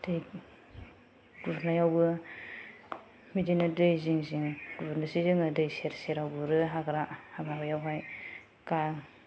दै गुरनायावबो बिदिनो दै जिं जिं गुरनोसै जोङो दै सेर सेराव गुरो हाग्रा माबायावहाय